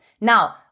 Now